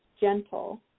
gentle